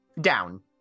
Down